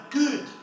good